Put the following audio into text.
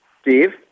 Steve